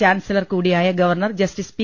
chancellor കൂടിയായ governor justice P